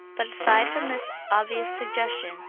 but aside from this obvious suggestion,